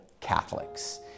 Catholics